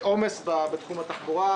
התקצוב הוא עבור תכנון קרקעות ושיווק פרויקטים,